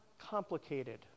complicated